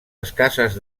escasses